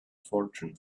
fortune